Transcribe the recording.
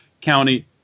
county